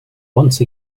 once